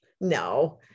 No